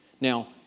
Now